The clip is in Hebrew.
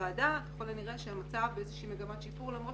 שהמצב במגמת שיפור למרות